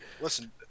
Listen